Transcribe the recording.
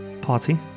party